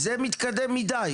זה מתקדם מידי.